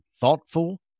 thoughtful